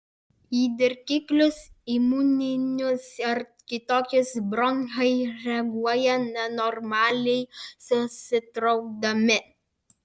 į dirgiklius imuninius ar kitokius bronchai reaguoja nenormaliai susitraukdami